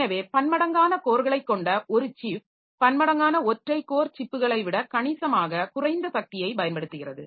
எனவே பன்மடங்கான கோர்களைக் கொண்ட ஒரு சிப் பன்மடங்கான ஒற்றை கோர் சிப்புகளை விட கணிசமாக குறைந்த சக்தியைப் பயன்படுத்துகிறது